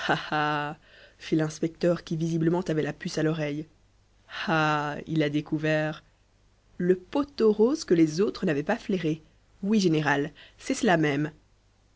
fit l'inspecteur qui visiblement avait la puce à l'oreille ah il a découvert le pot aux roses que les autres n'avaient pas flairé oui général c'est cela même